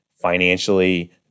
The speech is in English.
financially